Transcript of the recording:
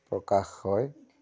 প্রকাশ হয়